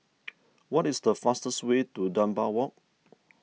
what is the fastest way to Dunbar Walk